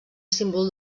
símbol